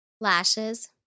lashes